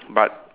but